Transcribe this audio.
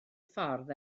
ffordd